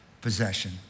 possession